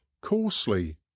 coarsely